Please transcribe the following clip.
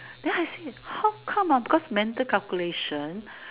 then I said how come on ah because mental calculation